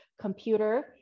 computer